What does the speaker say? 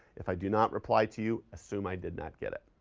if i do not reply to you, assume i did not get it,